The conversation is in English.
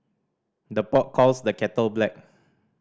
the pot calls the kettle black